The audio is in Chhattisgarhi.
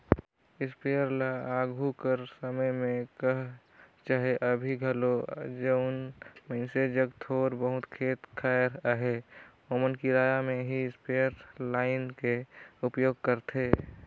इस्पेयर ल आघु कर समे में कह चहे अभीं घलो जउन मइनसे जग थोर बहुत खेत खाएर अहे ओमन किराया में ही इस्परे लाएन के उपयोग करथे